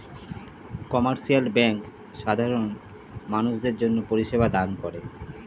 commercial bank সাধারণ মানুষদের জন্যে পরিষেবা দান করে